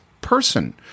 person